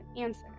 answer